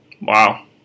Wow